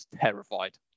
terrified